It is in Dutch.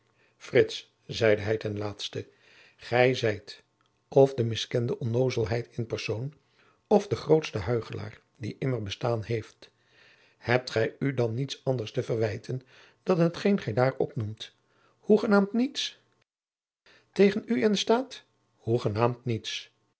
zeide hij ten laatste gij zijt of de miskende onnozelheid in persoon of de grootste huichelaar die immer bestaan heeft hebt gij u dan niets anders te verwijten dan hetgeen gij daar opnoemt hoegenaamd niets tegen u en den staat hoegenaamd niets